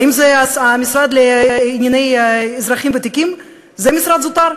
האם המשרד לאזרחים ותיקים הוא משרד זוטר?